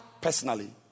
personally